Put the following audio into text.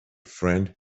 friend